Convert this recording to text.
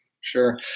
Sure